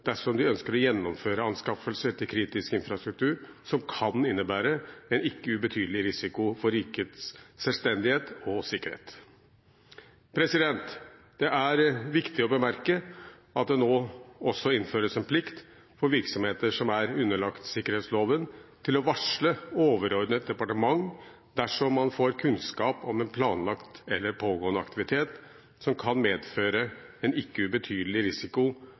dersom de ønsker å gjennomføre anskaffelser til kritisk infrastruktur som kan innebære en ikke ubetydelig risiko for rikets selvstendighet og sikkerhet. Det er viktig å bemerke at det nå også innføres en plikt for virksomheter som er underlagt sikkerhetsloven, til å varsle overordnet departement dersom man får kunnskap om en planlagt eller pågående aktivitet som kan medføre en ikke ubetydelig risiko